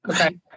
okay